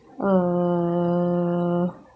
err